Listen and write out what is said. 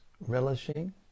relishing